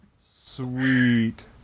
Sweet